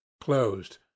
closed